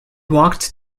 walked